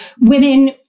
women